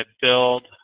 build